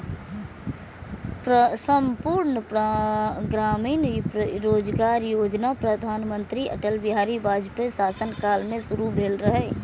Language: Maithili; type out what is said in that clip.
संपूर्ण ग्रामीण रोजगार योजना प्रधानमंत्री अटल बिहारी वाजपेयीक शासन काल मे शुरू भेल रहै